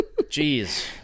Jeez